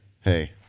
Hey